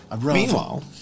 Meanwhile